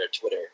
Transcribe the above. Twitter